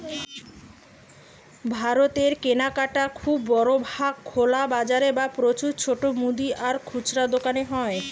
ভারতের কেনাকাটা খুব বড় ভাগ খোলা বাজারে বা প্রচুর ছোট মুদি আর খুচরা দোকানে হয়